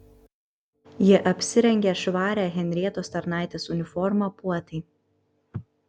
ji apsirengė švarią henrietos tarnaitės uniformą puotai